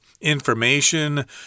information